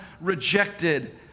rejected